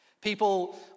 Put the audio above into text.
People